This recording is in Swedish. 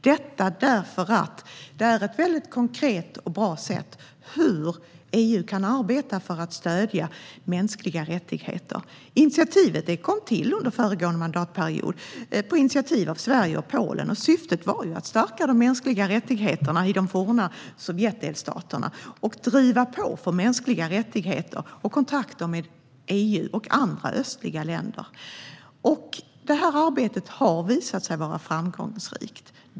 Det är ett väldigt konkret och bra exempel på hur EU kan arbeta för att stödja mänskliga rättigheter. Initiativet kom under föregående mandatperiod. Det var ett initiativ av Sverige och Polen. Syftet var att stärka de mänskliga rättigheterna i de forna Sovjetdelstaterna och driva på för mänskliga rättigheter och kontakter mellan EU och andra östliga länder. Detta arbete har visat sig vara framgångsrikt.